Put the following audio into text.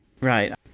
Right